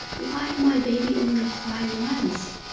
why my baby only cry once?